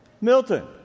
Milton